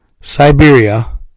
Siberia